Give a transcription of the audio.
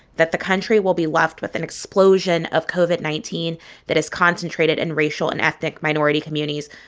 that the country will be left with an explosion of covid nineteen that is concentrated in racial and ethnic minority communities,